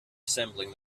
assembling